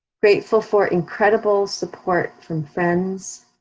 grateful for incredible support from friends.